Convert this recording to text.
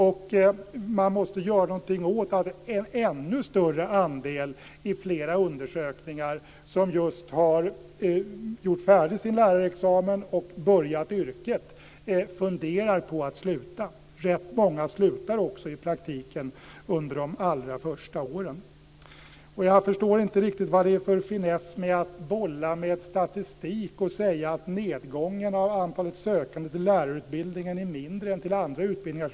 Man måste också göra någonting åt att en ännu större andel som just har blivit färdig med sin lärarexamen och börjat yrket enligt flera undersökningar funderar på att sluta. Rätt många slutar också i praktiken under de allra första åren. Jag förstår inte riktigt vad det är för finess med att bolla med statistik och säga att nedgången av antalet sökande till lärarutbildningen är mindre än till andra utbildningar.